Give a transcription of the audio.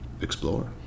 explore